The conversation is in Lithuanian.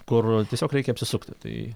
kur tiesiog reikia apsisukti tai